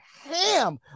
ham